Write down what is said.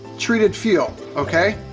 treated fuel, okay?